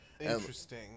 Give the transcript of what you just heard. Interesting